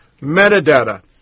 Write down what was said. metadata